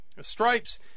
Stripes